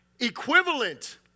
equivalent